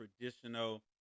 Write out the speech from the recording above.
traditional